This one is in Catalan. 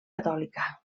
catòlica